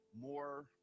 more